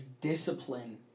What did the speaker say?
discipline